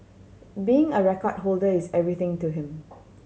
being a record holder is everything to him